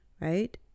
right